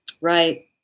Right